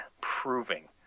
proving